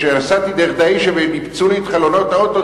כשנסעתי דרך דהיישה והם ניפצו לי את חלונות האוטו,